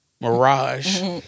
Mirage